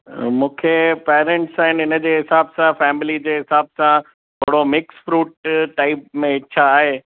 मूंखे पेरेंट्स आहिनि इनजे हिसाब सां फ़ैमिली जे हिसाब सां थोरे मिक्स फ़्रूट टाइप में छा आहे